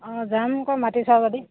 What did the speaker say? অঁ যাম আকৌ মাতিছ যদি